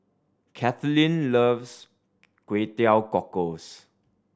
Kathaleen loves Kway Teow Cockles